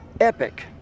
epic